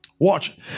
Watch